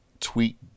tweet